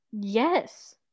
Yes